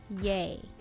Yay